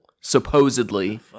supposedly